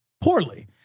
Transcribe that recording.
poorly